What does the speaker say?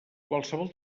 qualsevol